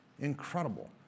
Incredible